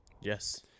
Yes